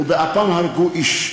"באפם הרגו איש",